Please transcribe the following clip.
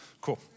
Cool